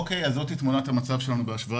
בשקף המוצג אפשר לראות את תמונת המצב שלנו בהשוואה